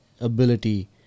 ability